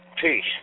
Peace